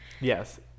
yes